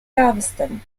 galveston